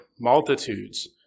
multitudes